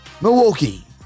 Milwaukee